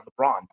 LeBron